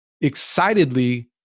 excitedly